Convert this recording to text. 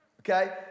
okay